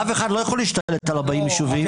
רב אחד לא יכול להשתלט על 40 יישובים.